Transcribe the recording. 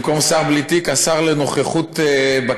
במקום שר בלי תיק, לשר לנוכחות במליאה.